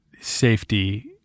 safety